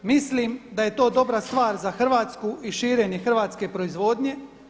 Mislim da je to dobra stvar za Hrvatsku i širenje hrvatske proizvodnje.